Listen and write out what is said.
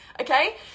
okay